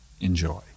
Enjoy